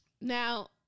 Now